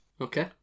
Okay